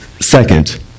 Second